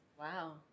Wow